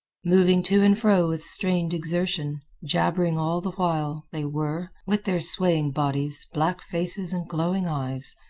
moving to and fro with strained exertion, jabbering all the while, they were, with their swaying bodies, black faces, and glowing eyes,